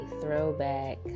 throwback